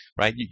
right